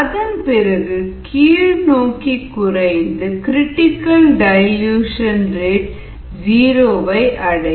அதன் பிறகு கீழ்நோக்கி குறைந்து கிரிட்டிக்கல் டயல்யூஷன் ரேட் ஜீரோவை அடையும்